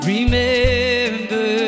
Remember